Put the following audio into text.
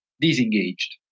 disengaged